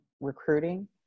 recruiting